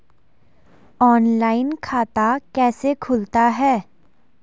Online खाता कैसे खुलता है?